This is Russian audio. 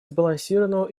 сбалансированного